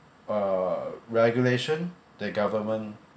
err regulation the government